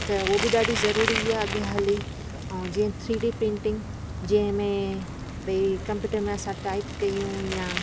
त उहो बि ॾाढी ज़रूरी आ अॻे हली ऐं जीअं थ्रीडी पेंटिंग जंहिंमें भई कंप्यूटर में असां टाइप कयूं या